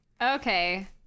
Okay